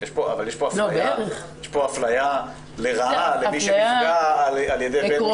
אבל יש פה אפליה לרעה למי שנפגע על ידי בן משפחה.